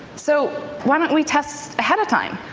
so why don't we test ahead of time?